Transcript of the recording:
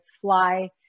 fly